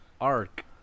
arc